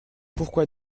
pourquoi